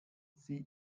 sie